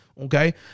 Okay